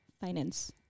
finance